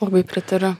labai pritariu